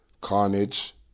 Carnage